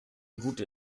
gute